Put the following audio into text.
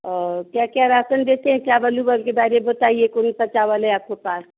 और क्या क्या राशन देते हैं क्या बताइए कौन सा चावल है आपके पास